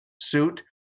suit